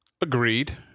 Agreed